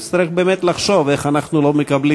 נצטרך באמת לחשוב איך אנחנו לא מקבלים